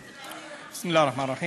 בסם אללה א-רחמאן א-רחים.